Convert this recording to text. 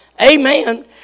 amen